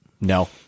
No